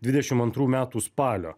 dvidešimt antrų metų spalio